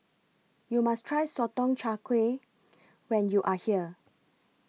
YOU must Try Sotong Char Kway when YOU Are here